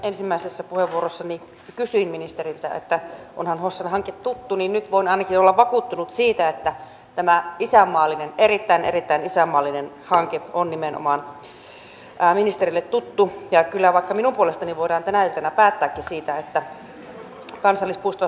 ensimmäisessä puheenvuorossani kysyin ministeriltä että onhan hossan hanke tuttu ja nyt voin ainakin olla vakuuttunut siitä että tämä isänmaallinen erittäin erittäin isänmaallinen hanke on nimenomaan ministerille tuttu ja kyllä minun puolestani voidaan vaikka tänä iltana päättääkin siitä että kansallispuisto nimenomaan hossaan rakennetaan